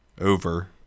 over